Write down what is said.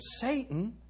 Satan